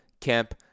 Camp